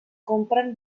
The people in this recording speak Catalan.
compren